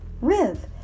Riv